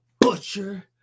Butcher